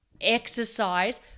exercise